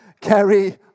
carry